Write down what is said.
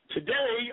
Today